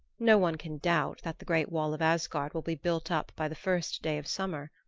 no one can doubt that the great wall of asgard will be built up by the first day of summer.